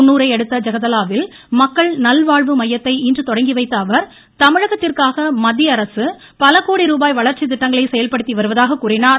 குன்னூரை அடுத்த ஜெகதலாவில் மக்கள் நல்வாழ்வு மையத்தை இன்று தொடங்கிவைத்த அவர் தமிழகத்திற்காக மத்திய அரசு பல கோடி ரூபாய் வளர்ச்சித்திட்டங்களை செயல்படுத்தி வருவதாக கூறினார்